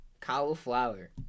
Cauliflower